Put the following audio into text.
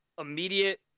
immediate